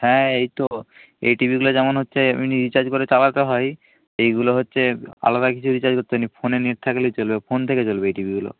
হ্যাঁ এই তো এই টিভিগুলো যেমন হচ্ছে এমনি রিচার্জ করে চালাতে হয় এইগুলো হচ্ছে আলাদা কিছু রিচার্জ করতে নেই ফোনে নেট থাকলেই চলবে ফোন থেকে চলবে এই টিভিগুলো